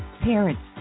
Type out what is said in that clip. parents